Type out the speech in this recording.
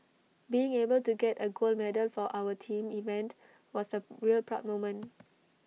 being able to get A gold medal for our team event was A really proud moment